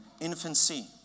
infancy